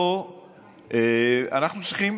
או שאנחנו צריכים